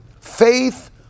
Faith